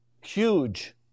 huge